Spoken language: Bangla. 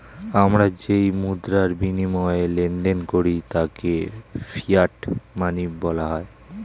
আমরা যেই মুদ্রার বিনিময়ে লেনদেন করি তাকে ফিয়াট মানি বলা হয়